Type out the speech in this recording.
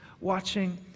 watching